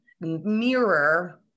mirror